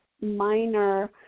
minor